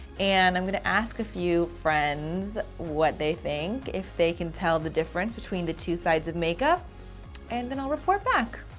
and i'm gonna ask a few friends what they think, if they can tell the difference between the two sides of makeup and then i'll report back.